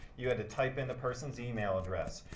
you had to type in the person's email address,